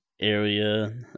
area